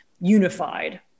unified